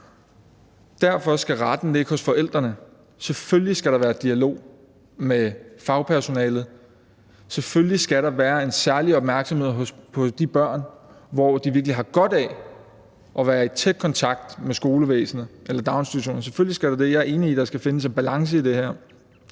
Derfor skal retten ligge hos forældrene. Selvfølgelig skal der være dialog med fagpersonalet. Selvfølgelig skal der være en særlig opmærksomhed på de børn, som har virkelig godt af at være i tæt kontakt med daginstitutionen. Selvfølgelig skal der det. Jeg er enig i, at der skal findes en balance i det her,